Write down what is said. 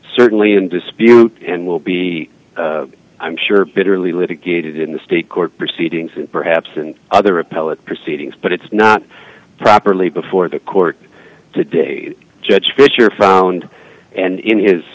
certainly in dispute and will be i'm sure bitterly litigated in the state court proceedings perhaps and other appellate proceedings but it's not properly before the court today judge fisher found and in his